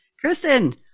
Kristen